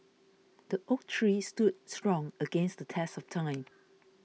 the oak tree stood strong against the test of time